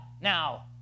now